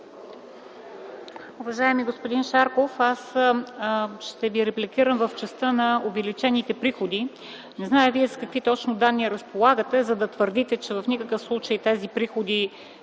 Уважаеми господин Шарков, аз ще Ви репликирам в частта на увеличените приходи. Не зная Вие с какви точно данни разполагате, за да твърдите, че в никакъв случай тези приходи,